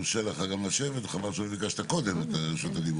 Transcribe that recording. יורשה לך גם לשבת וחבל שלא ביקשת קודם את רשות הדיבור,